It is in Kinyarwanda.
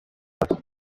moto